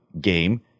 game